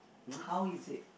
how is it